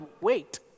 wait